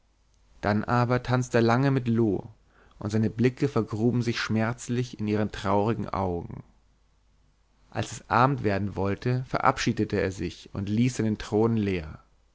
dann aber tanzte er lange mit loo und seine blicke vergruben sich schmerzlich in ihre traurigen augen als es abend werden wollte verabschiedete er sich und ließ seinen thron leer